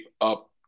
up